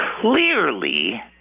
clearly